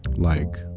like,